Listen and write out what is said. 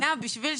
אני לא